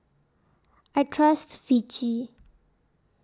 I Trust Vichy